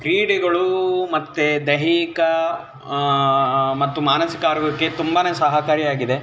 ಕ್ರೀಡೆಗಳು ಮತ್ತು ದೈಹಿಕ ಮತ್ತು ಮಾನಸಿಕ ಆರೋಗ್ಯಕ್ಕೆ ತುಂಬಾ ಸಹಕಾರಿಯಾಗಿದೆ